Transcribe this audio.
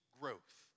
growth